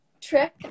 trick